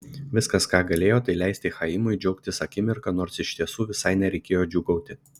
viskas ką galėjo tai leisti chaimui džiaugtis akimirka nors iš tiesų visai nereikėjo džiūgauti